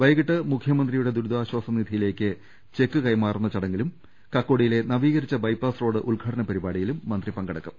വൈകീട്ട് മുഖൃമന്ത്രിയുടെ ദുരിതാശ്വാസ നിധി യിലേക്ക് ചെക്ക് കൈമാറുന്ന ചടങ്ങിലും കക്കോടിയിലെ നവീക രിച്ച ബൈപ്പാസ് റോഡ് ഉദ്ഘാടന പരിപാടിയിലും മന്ത്രി പങ്കെടു ക്കും